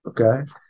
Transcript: Okay